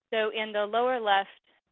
so in the lower left,